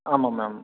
ஆமாம் மேம்